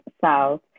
south